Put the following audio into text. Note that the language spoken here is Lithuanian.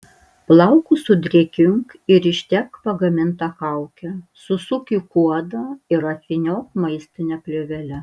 plaukus sudrėkink ir ištepk pagaminta kauke susuk į kuodą ir apvyniok maistine plėvele